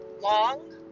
long